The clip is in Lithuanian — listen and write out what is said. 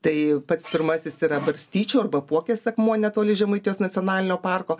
tai pats pirmasis yra barstyčių arba puokės akmuo netoli žemaitijos nacionalinio parko